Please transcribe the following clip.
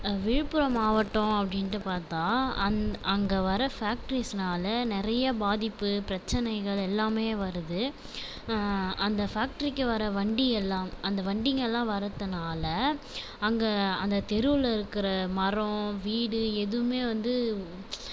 விழுப்புரம் மாவட்டம் அப்படின்ட்டு பார்த்தா அந் அங்கே வர ஃபேக்ட்ரிஸ்னால நிறைய பாதிப்பு பிரச்சினைகள் எல்லாமே வருது அந்த ஃபேக்ட்ரிக்கு வர வண்டி எல்லாம் அந்த வண்டிங்கலாம் வரத்துனால் அங்கே அந்த தெருவுலேருக்குற மரம் வீடு எதுவுமே வந்து